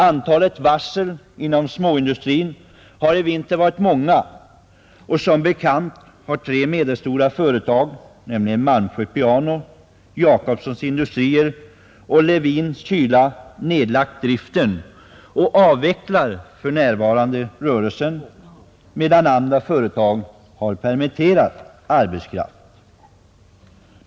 Antalet varsel inom småindustrin har i vinter varit många, och som bekant har tre medelstora företag, nämligen Malmsjö piano, Jakobssons industrier och Levin-Kyla, nedlagt driften och avvecklar för närvarande rörelsen, medan andra företag har permitterat arbetskraft.